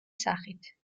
სახით